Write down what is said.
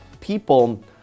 people